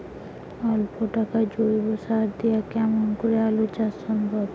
অল্প টাকার জৈব সার দিয়া কেমন করি আলু চাষ সম্ভব?